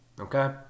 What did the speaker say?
okay